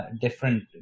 different